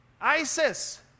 ISIS